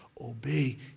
obey